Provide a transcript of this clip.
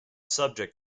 subject